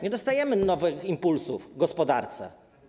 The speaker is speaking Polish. Nie dostarczamy nowych impulsów gospodarce.